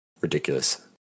ridiculous